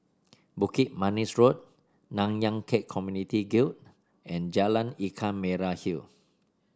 Bukit Manis Road Nanyang Khek Community Guild and Jalan Ikan Merah Hill